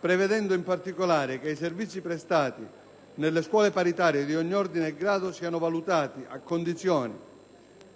prevedendo in particolare che i servizi prestati nelle scuole paritarie di ogni ordine e grado siano valutati a condizione